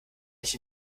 nicht